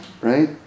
right